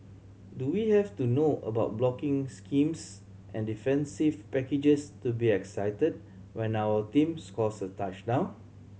do we have to know about blocking schemes and defensive packages to be excited when our team scores a touchdown